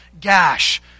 gash